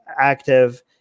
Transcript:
active